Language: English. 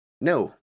No